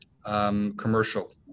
Commercial